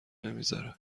نمیذاره